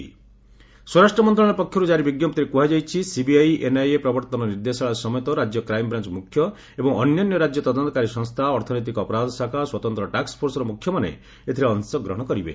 ସ୍ୱରାଷ୍ଟ୍ର ମନ୍ତ୍ରଣାଳୟ ପକ୍ଷରୁ ଜାରି ବିଞ୍ଜପ୍ତିରେ କୁହାଯାଇଛି ସିବିଆଇ ଏନ୍ଆଇଏ ପ୍ରବର୍ତ୍ତନ ନିର୍ଦ୍ଦେଶାଳୟ ସମେତ ରାଜ୍ୟ କ୍ରାଇମ୍ ବ୍ରାଞ୍ ମୁଖ୍ୟ ଏବଂ ଅନ୍ୟାନ୍ୟ ରାଜ୍ୟ ତଦନ୍ତକାରୀ ସଂସ୍ଥା ଅର୍ଥନୈତିକ ଅପରାଧ ଶାଖା ସ୍ୱତନ୍ତ୍ର ଟାସ୍କ ଫୋର୍ସର ମୁଖ୍ୟମାନେ ଏଥିରେ ଅଂଶଗ୍ରହଣ କରିବେ